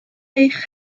eich